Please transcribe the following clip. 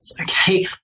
okay